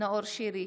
נאור שירי,